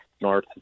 North